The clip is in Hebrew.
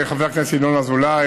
חבר הכנסת ינון אזולאי,